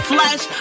Flesh